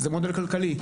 זה מודל כלכלי.